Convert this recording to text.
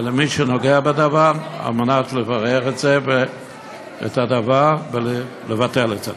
ולמי שנוגע בדבר, כדי לברר את הדבר ולבטל את זה.